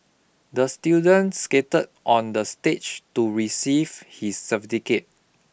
the students skated on the stage to receive his cerfticate